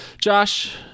Josh